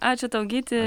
ačiū tau gyti